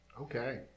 Okay